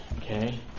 okay